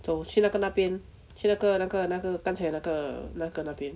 走去那个那边去那个那个那个刚才那个那个那边